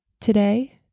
Today